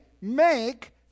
make